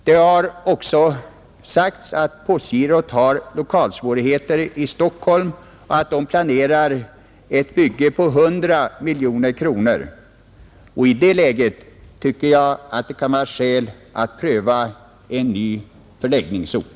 Det har också sagts att postgirot har lokalsvårigheter i Stockholm och planerar ett bygge för 100 miljoner kronor. I det läget tycker jag att det kan vara skäl att pröva en ny förläggningsort.